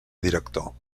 director